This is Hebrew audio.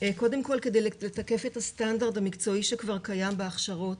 קודם כל כדי לתקף את הסטנדרט המקצועי שכבר קיים בהכשרות